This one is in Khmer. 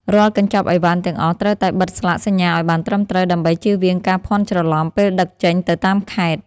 រាល់កញ្ចប់អីវ៉ាន់ទាំងអស់ត្រូវតែបិទស្លាកសញ្ញាឱ្យបានត្រឹមត្រូវ ដើម្បីជៀសវាងការភាន់ច្រឡំពេលដឹកចេញទៅតាមខេត្ត។